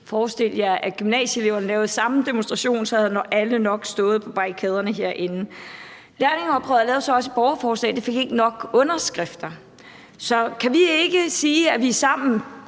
Forestil jer, at gymnasieeleverne lavede den samme demonstration. Så havde alle herinde nok stået på barrikaderne. Lærlingeoprøret lavede også et borgerforslag, som ikke fik nok underskrifter. Så kan vi ikke sige, at vi nu, også sammen